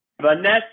Vanessa